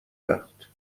وقت